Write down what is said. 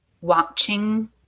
watching